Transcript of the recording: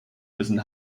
müssen